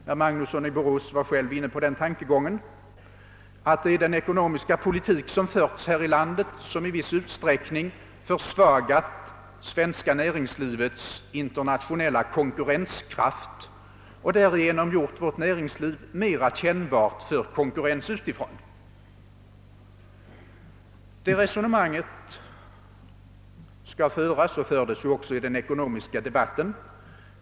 Herr Magnusson i Borås var själv inne på tankegången, att det är den ekonomiska politik som förts här i landet som i viss utsträckning försvagat det svenska näringslivets internationella konkurrenskraft och därigenom gjort vårt näringsliv mera känsligt för konkurrens utifrån. Detta resonemang skall föras och fördes också i den ekonomiska debatten.